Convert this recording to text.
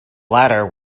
latter